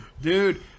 Dude